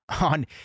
on